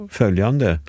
följande